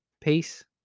Peace